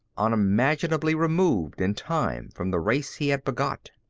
unimaginably removed in time from the race he had begot.